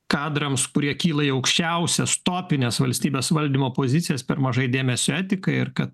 kadrams kurie kyla į aukščiausias topines valstybės valdymo pozicijas per mažai dėmesio etikai ir kad